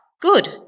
good